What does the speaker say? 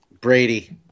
Brady